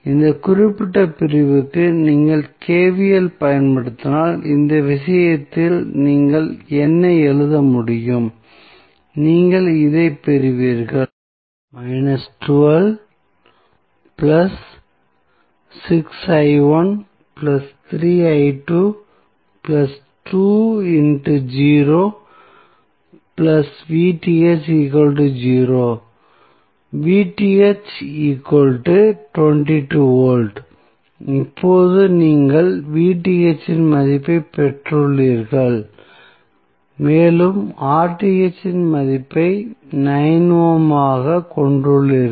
இந்த குறிப்பிட்ட பிரிவுக்கு நீங்கள் KVL பயன்படுத்தினால் இந்த விஷயத்தில் நீங்கள் என்ன எழுத முடியும் நீங்கள் இதை பெறுவீர்கள் இப்போது நீங்கள் இன் மதிப்பைப் பெற்றுள்ளீர்கள் மேலும் இன் மதிப்பை 9 ஓம் ஆகக் கொண்டுள்ளீர்கள்